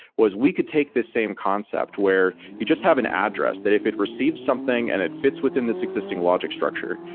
was we could take this same concept where you just have an address that if it receives something and it fits within this existing logic structure,